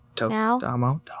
Now